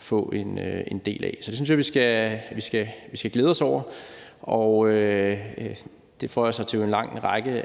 få en del af. Så det synes jeg at vi skal glæde os over. Det føjer sig til en lang række